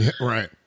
Right